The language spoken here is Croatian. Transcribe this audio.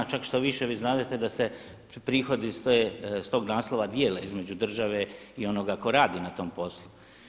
Čak štoviše vi znadete da se prihodi iz tog naslova dijele između države i onoga tko radi na tom poslu.